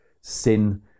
sin